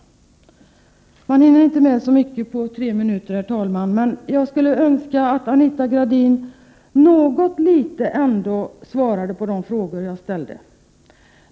Man hinner inte med så mycket på tre minuter, men jag skulle önska att Anita Gradin ändå något litet svarade på de frågor jag ställde.